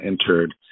entered